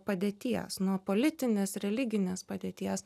padėties nuo politinės religinės padėties